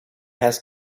has